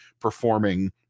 performing